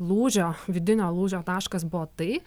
lūžio vidinio lūžio taškas buvo tai